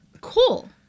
cool